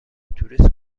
توریست